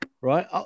right